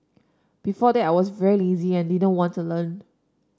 before that I was very lazy and didn't want to learn